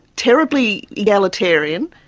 terribly egalitarian,